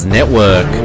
Network